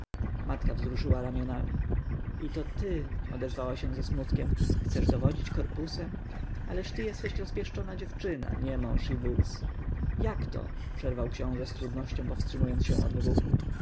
matka wzruszyła ramionami i to ty odezwała się ze smutkiem chcesz dowodzić korpusem ależ ty jesteś rozpieszczona dziewczyna nie mąż i wódz jak to przerwał książę z trudnością powstrzymując się od wybuchu